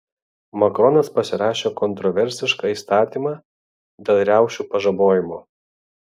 makronas pasirašė kontroversišką įstatymą dėl riaušių pažabojimo